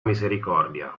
misericordia